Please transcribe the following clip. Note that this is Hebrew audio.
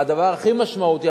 והדבר הכי משמעותי,